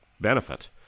benefit